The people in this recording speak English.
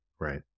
Right